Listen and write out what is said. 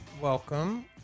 Welcome